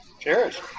Cheers